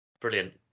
Brilliant